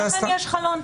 לכן יש חלון.